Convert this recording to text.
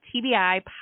TBI